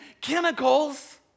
chemicals